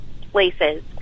places